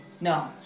No